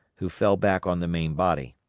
who fell back on the main body.